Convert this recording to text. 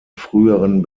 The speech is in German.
früheren